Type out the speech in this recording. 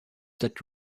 that